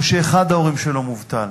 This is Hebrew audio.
או שאחד ההורים שלו מובטל,